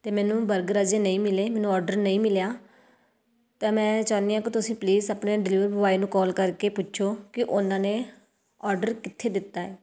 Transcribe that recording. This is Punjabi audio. ਅਤੇ ਮੈਨੂੰ ਬਰਗਰ ਅਜੇ ਨਹੀਂ ਮਿਲੇ ਮੈਨੂੰ ਔਡਰ ਨਹੀਂ ਮਿਲਿਆ ਤਾਂ ਮੈਂ ਚਾਹੁੰਦੀ ਹਾਂ ਕਿ ਤੁਸੀਂ ਪਲੀਜ਼ ਆਪਣੇ ਡਿਲੀਵਰ ਬੋਆਏ ਨੂੰ ਕਾਲ ਕਰਕੇ ਪੁੱਛੋ ਕਿ ਉਹਨਾਂ ਨੇ ਔਡਰ ਕਿੱਥੇ ਦਿੱਤਾ ਹੈ